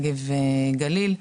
הנגב והגליל.